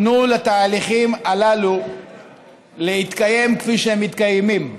תנו לתהליכים הללו להתקיים כפי שהם מתקיימים.